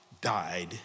died